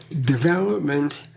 development